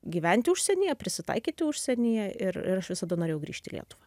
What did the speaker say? gyventi užsienyje prisitaikyti užsienyje ir ir aš visada norėjau grįžt į lietuvą